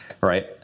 right